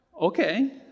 Okay